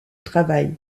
travail